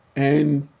and